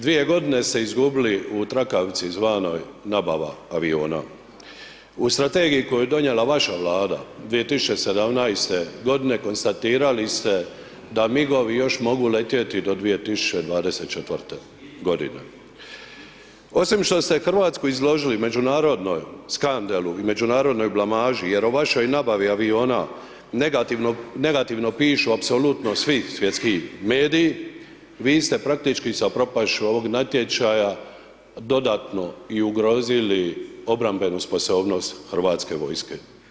Dvije godine ste izgubili u trakavici zvanoj nabava aviona, u strategiji koju je donijela vaša Vlada 2017. godine konstatirali ste da migovi još mogu letjeti do 2024. godine, osim što ste Hrvatsku izložili međunarodnoj skandalu i međunarodnoj blamaži jer o vašoj nabavi aviona negativno, negativno pišu apsolutno svi svjetski mediji vi ste praktički sa propašću ovog natječaja dodatno i ugrozili obrambenu sposobnost Hrvatske vojske.